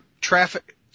traffic